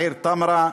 מהעיר טמרה.